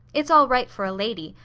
it's all right for a lady,